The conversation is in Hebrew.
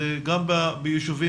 זה גם ביישובים